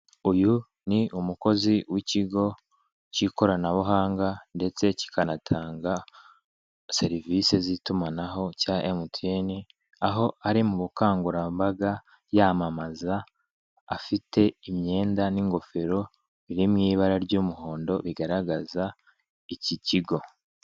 Uyu ni umukozi w'ikigo cy'ikoranabuhanga ndetse kikanatanga serivise z'itumanaho cya emutiyeni; aho ari mu bukangurambaga yamamaza, afite imyenda n'ingofero biri mw'ibara ry'umuhondo bigaragaza iki kigo.